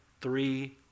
three